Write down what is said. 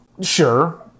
Sure